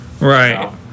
Right